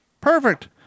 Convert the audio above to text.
Perfect